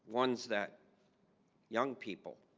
ones that young people,